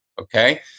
Okay